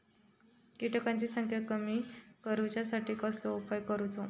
किटकांची संख्या कमी करुच्यासाठी कसलो उपाय करूचो?